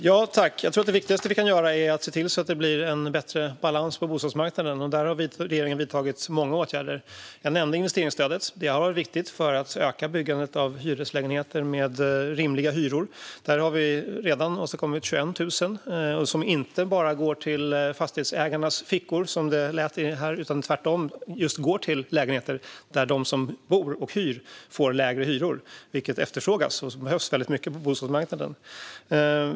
Fru talman! Jag tror att det viktigaste som vi kan göra är att se till att det blir en bättre balans på bostadsmarknaden. Där har regeringen vidtagit många åtgärder. Jag nämnde investeringsstödet. Det har varit viktigt för att öka byggandet av hyreslägenheter med rimliga hyror. Där har vi redan åstadkommit 21 000 lägenheter. Pengarna har inte bara gått ned i fastighetsägarnas fickor, som det lät här. Tvärtom går pengarna till just lägenheter, och de som hyr dessa lägenheter får lägre hyror. Detta efterfrågas och behövs väldigt mycket på bostadsmarknaden.